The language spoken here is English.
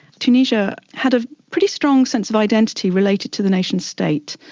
tunisia had a pretty strong sense of identity related to the nation-state.